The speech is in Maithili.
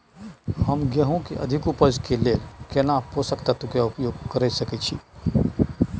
हम गेहूं के अधिक उपज के लेल केना पोषक तत्व के उपयोग करय सकेत छी?